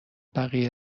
بقیه